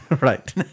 Right